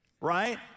right